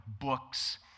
books